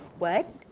what?